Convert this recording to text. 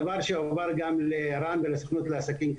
דבר שהועבר גם לרן ולסוכנות לעסקים קטנים,